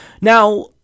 Now